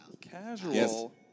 Casual